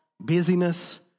busyness